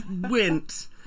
went